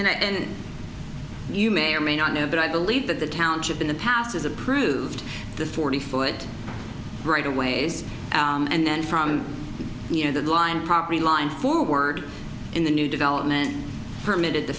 that and you may or may not know that i believe that the township in the past has approved the forty foot right away is and from you know that line property line forward in the new development permitted the